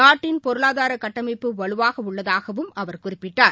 நாட்டின் பொருளாதார கட்டமைப்பு வலுவாக உள்ளதாகவும் அவர் குறிப்பிட்டார்